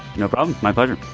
no problem. my pleasure.